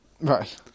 Right